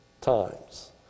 times